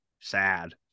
sad